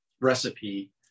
recipe